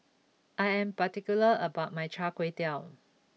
I am particular about my Char Kway Teow